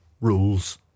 rules